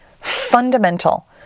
fundamental